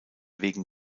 wegen